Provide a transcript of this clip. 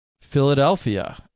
Philadelphia